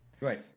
Right